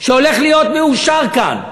שהולך להיות מאושר כאן,